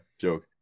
Joke